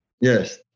Yes